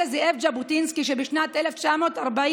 היה זה זאב ז'בוטינסקי שבשנת 1940,